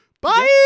Bye